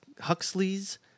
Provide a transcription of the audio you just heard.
Huxley's